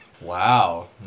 wow